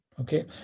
Okay